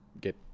get